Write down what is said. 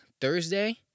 Thursday